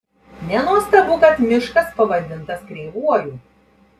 nenuostabu kad miškas pavadintas kreivuoju